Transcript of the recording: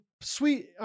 sweet